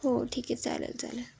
हो ठीक आहे चालेल चालेल